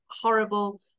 horrible